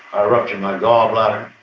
i ruptured my gallbladder.